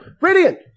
radiant